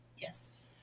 Yes